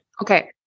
Okay